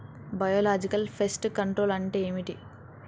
Biological pest control అంటే ఏమిటి?